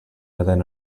within